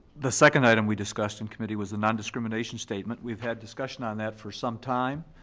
the second item we discussed in committee was the nondiscrimination statement. we've had discussion on that for some time.